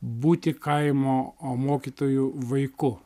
būti kaimo mokytojų vaiku